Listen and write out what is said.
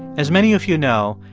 as many of you know,